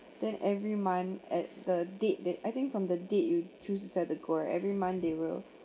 then every month at the date that I think from the date you choose to set the goal right every month they will